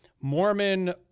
Mormon